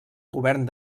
govern